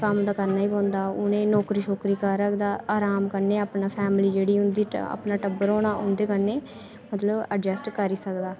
कम्म ते करना पौंदा ते हून एह् नौकरी करग ते आराम कन्नै एह् जेह्की अपनी फैमिली होंदी अपना टब्बर होना मतलब उं'दे कन्नै एडजस्ट करी सकदा